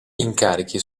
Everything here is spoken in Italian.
incarichi